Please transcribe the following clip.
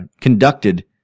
conducted